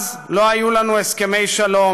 אז לא היו לנו הסכמי שלום,